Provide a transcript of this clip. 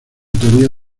teoría